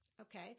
Okay